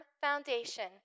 foundation